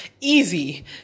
easy